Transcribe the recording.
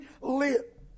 lit